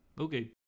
Okay